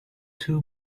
too